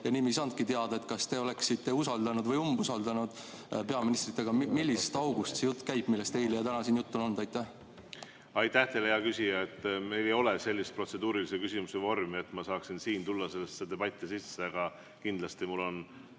nii me ei saanudki teada, kas te oleksite usaldanud või umbusaldanud peaministrit. Millisest august jutt käib, millest eile ja täna siin juttu on olnud? Aitäh teile, hea küsija! Meil ei ole sellist protseduurilise küsimuse vormi, et ma saaksin tulla sellesse debatti sisse. Aga kindlasti on